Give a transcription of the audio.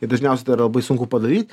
ir dažniausiai tai yra labai sunku padaryt